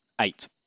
Eight